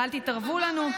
אל תתערבו לנו?